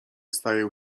stają